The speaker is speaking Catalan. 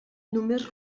només